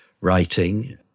writing